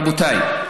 רבותיי,